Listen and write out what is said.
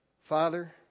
Father